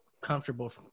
comfortable